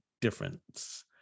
difference